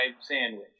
sandwich